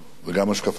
וגם השקפתנו.